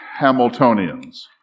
Hamiltonians